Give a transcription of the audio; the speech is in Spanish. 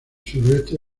suroeste